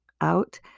out